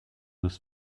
das